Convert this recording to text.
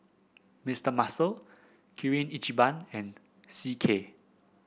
Mister Muscle Kirin Ichiban and C K